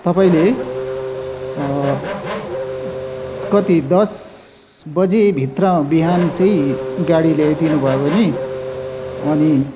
तपाईँले कति दस बजेभित्र बिहान चाहिँ गाडी ल्याइदिनु भयो भने अनि